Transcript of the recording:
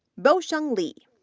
bosheng li,